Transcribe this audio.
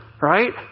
right